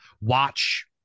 Watch